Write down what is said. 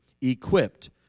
equipped